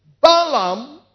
Balaam